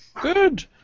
Good